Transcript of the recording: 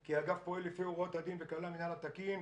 כי האגף פועל לפי הוראות הדין וכללי המינהל התקין,